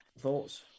thoughts